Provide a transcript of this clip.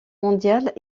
mondiale